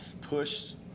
pushed